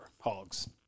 Hogs